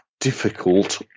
difficult